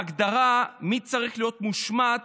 ההגדרה מי צריך להיות מושמד